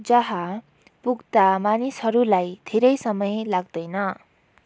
जहाँ पुग्दा मानिसहरूलाई धेरै समय लाग्दैन